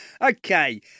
Okay